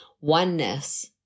oneness